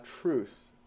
truth